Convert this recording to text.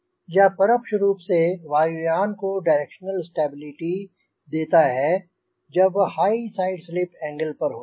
यह परोक्ष रूप से वायुयान को डायरेक्शनल स्टेबिलिटी देता है जब वह हाई साइड स्लिप एंगल पर होता है